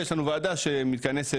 ויש לנו ועדה שמתכנסת,